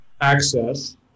access